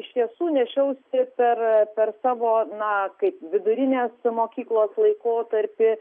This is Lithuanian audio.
iš tiesų nešiausi per per savo na kaip vidurinės mokyklos laikotarpį